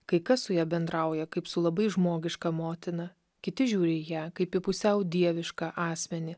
kai kas su ja bendrauja kaip su labai žmogiška motina kiti žiūri į ją kaip į pusiau dievišką asmenį